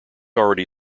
already